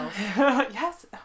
yes